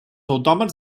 autòmats